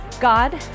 God